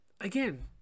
again